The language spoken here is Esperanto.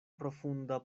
profunda